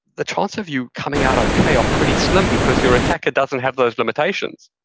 the chance of you coming out okay are pretty slim because your attacker doesn't have those limitations.